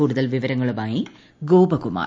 കൂടുതൽ വിവരങ്ങളുമായി ഗോപകുമാർ